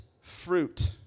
fruit